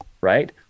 right